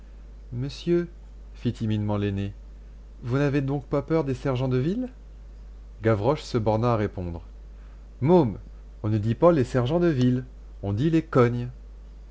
monsieur fit timidement l'aîné vous n'avez donc pas peur des sergents de ville gavroche se borna à répondre môme on ne dit pas les sergents de ville on dit les cognes